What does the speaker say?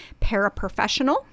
paraprofessional